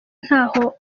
ntaho